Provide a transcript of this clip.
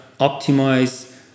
optimize